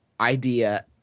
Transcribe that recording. ...idea